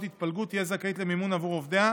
התפלגות תהיה זכאית למימון עבור עובדיה,